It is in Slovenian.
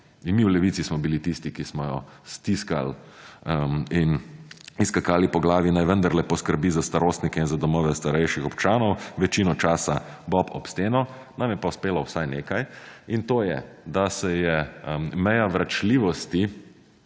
In mi v Levici smo bili tisti, ki smo jo stiskali in skakali po glavi naj vendarle poskrbi za starostnike in za domove starejših občanov, večino časa bob ob steno, nam je pa uspelo vsaj nekaj in to je, da se je meja vračljivosti